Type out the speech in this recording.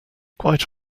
quite